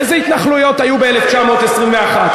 איזה התנחלויות היו ב-1921?